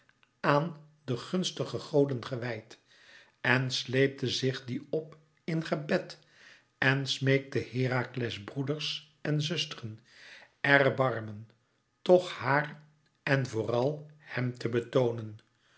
aan de gunstige goden gewijd en sleepte zich die op in gebed en smeekte herakles broeders en zusteren erbarmen toch hàar en vooral hèm te betoonen